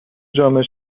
جامعه